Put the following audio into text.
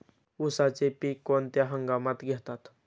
उसाचे पीक कोणत्या हंगामात घेतात?